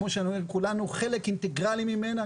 כולנו חלק אינטגרלי ממנה.